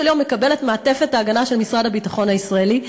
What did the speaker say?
יום מקבל את מעטפת ההגנה של משרד הביטחון הישראלי,